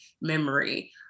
memory